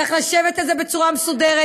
צריך לשבת על זה בצורה מסודרת,